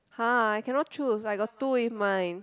I cannot choose I got two with my